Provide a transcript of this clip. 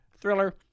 thriller